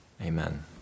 amen